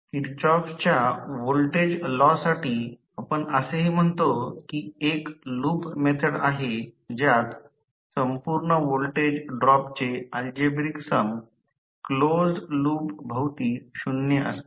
किर्चंऑफच्या voltage law साठी आपण असेही म्हणतो की ही एक लूप मेथड आहे ज्यात संपूर्ण व्होल्टेज ड्रॉपचे अल्जेब्रिक सम क्लोज्ड लूप भवती शून्य असते